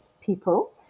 people